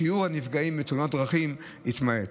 ששיעור הנפגעים בתאונות הדרכים יתמעט.